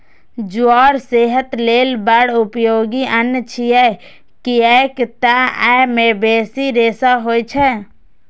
ज्वार सेहत लेल बड़ उपयोगी अन्न छियै, कियैक तं अय मे बेसी रेशा होइ छै